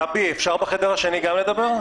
גבי, אפשר בחדר השני גם לדבר?